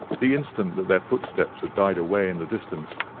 the instant that their footsteps had died away in the distance,